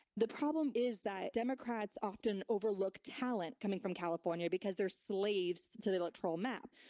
the problem is that democrats often overlook talent coming from california because they're slaves to the electoral map.